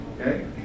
Okay